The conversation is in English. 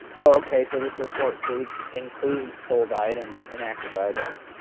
oh ok so this report includes includes sold items and active items.